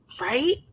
Right